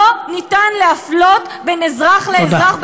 אי-אפשר להפלות בין אזרח לאזרח,